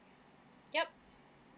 yup